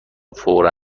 فورا